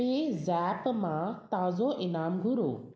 पे ज़ेप्प मां ताज़ो इनाम घुरो